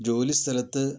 ജോലി സ്ഥലത്ത്